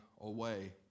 away